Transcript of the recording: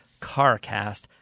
CARCAST